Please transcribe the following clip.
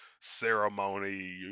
ceremony